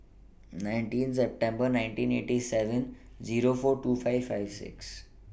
nineteen September nineteen eighty seven Zero four two five five six